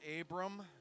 Abram